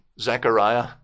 Zechariah